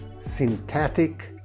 synthetic